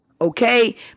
Okay